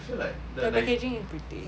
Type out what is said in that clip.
the packaging is pretty